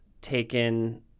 taken